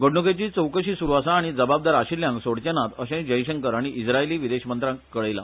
घडणुकेची चवकशी सुरू आसा आनी जबाबदार आशिल्ल्यांक सोडचे नात अशेय जयशंकर हाणी इस्त्रायली विदेश मंत्र्यांक कळयला